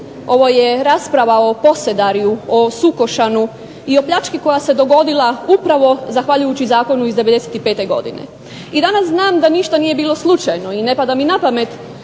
ovo je rasprava o Posedarju, o Sukošanu, i o pljački koja se dogodila upravo zahvaljujući Zakonu iz '95. godine. I danas znam da ništa nije bilo slučajno, i ne pada mi na pamet